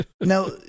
Now